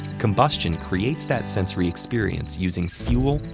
combustion creates that sensory experience using fuel,